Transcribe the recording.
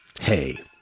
hey